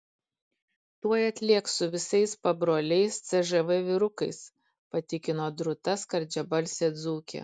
tuoj atlėks su visais pabroliais cžv vyrukais patikino drūta skardžiabalsė dzūkė